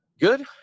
Good